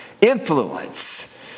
influence